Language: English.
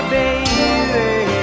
baby